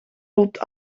loopt